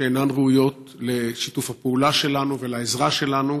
שאינן ראויות לשיתוף הפעולה שלנו ולעזרה שלנו,